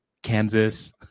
Kansas